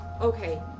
Okay